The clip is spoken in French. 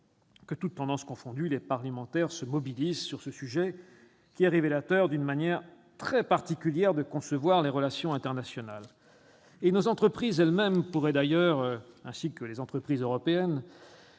que, toutes tendances confondues, les parlementaires se mobilisent sur ce sujet révélateur d'une manière très particulière de concevoir les relations internationales. Nos entreprises elles-mêmes, ainsi que les autres entreprises européennes,